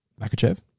Makachev